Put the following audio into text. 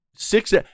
Six